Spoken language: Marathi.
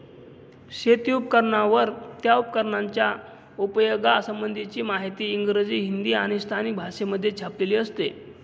शेती उपकरणांवर, त्या उपकरणाच्या उपयोगा संबंधीची माहिती इंग्रजी, हिंदी आणि स्थानिक भाषेमध्ये छापलेली असते